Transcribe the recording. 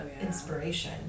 inspiration